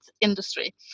industry